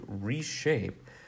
reshape